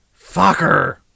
Fucker